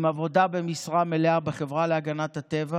עם עבודה במשרה מלאה בחברה להגנת הטבע